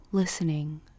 Listening